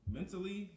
Mentally